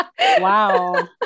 wow